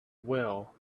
well